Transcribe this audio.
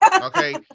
Okay